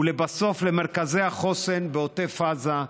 ולבסוף למרכזי החוסן בעוטף עזה,